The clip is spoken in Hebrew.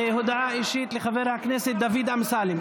הודעה אישית, הודעה אישית של חבר הכנסת דוד אמסלם.